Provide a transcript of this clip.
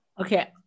Okay